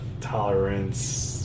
tolerance